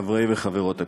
חברי וחברות הכנסת,